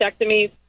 mastectomies